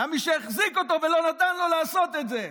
והיה מי שהחזיק אותו ולא נתן לו לעשות את זה,